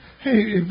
Hey